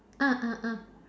ah ah ah